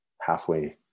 halfway